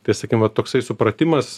tai sakykim va toksai supratimas